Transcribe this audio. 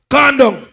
Condom